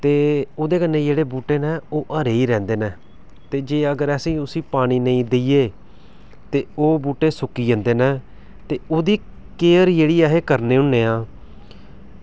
ते ओह्दे कन्नै जेह्ड़े बूह्टै न ओह् हरे ई रौहंदे न ते जे अगर अस उस्सी पानी नेईं देइये ते ओह् बूह्टे सुक्की जंदे न ते ओह्दी केयर जेह्की अस करने होन्ने आं